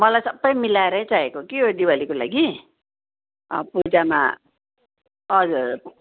मलाई सबै मिलाएरै चाहिएको कि यो दिवालीको लागि पूजामा हजुर